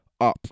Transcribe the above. up